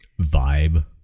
vibe